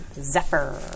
Zephyr